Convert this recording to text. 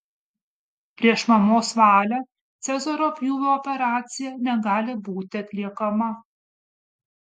prieš mamos valią cezario pjūvio operacija negali būti atliekama